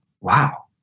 wow